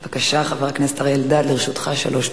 בבקשה, חבר הכנסת אלדד, לרשותך שלוש דקות.